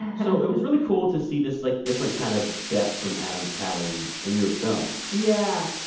so it was really cool to see this, like, different kind of depth from adam pally in your film yeah.